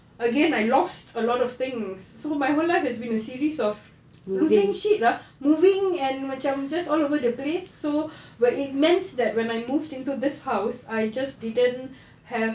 again I lost a lot of things so my whole life has been a series of losing shit lah moving and macam just all over the place so when it meant that when I moved into this house I just didn't have